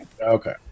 Okay